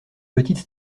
petites